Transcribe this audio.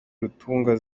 rutunga